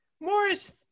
Morris